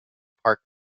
park